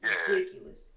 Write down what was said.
ridiculous